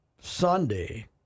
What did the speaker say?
Sunday